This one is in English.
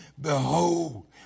Behold